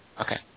Okay